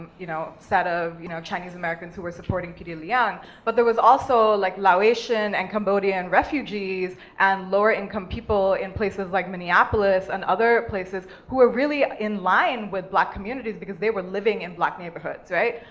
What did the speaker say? you know, set of, you know, chinese americans who were supporting peter liang, but there was also, like, laotian and cambodian refugees, and lower income people in places like minneapolis and other places who were really in line with black communities, because they were living in black neighborhoods, right?